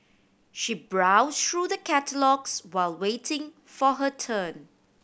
she browsed through the catalogues while waiting for her turn